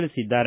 ತಿಳಿಸಿದ್ದಾರೆ